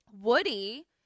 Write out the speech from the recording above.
Woody